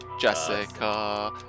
Jessica